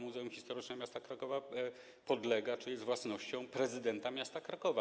Muzeum Historyczne Miasta Krakowa podlega czy jest własnością prezydenta miasta Krakowa.